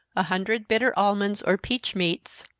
a hundred bitter almonds, or peach meats,